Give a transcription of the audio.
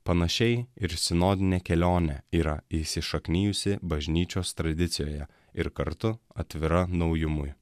panašiai ir sinodinė kelionė yra įsišaknijusi bažnyčios tradicijoje ir kartu atvira naujumui